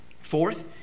Fourth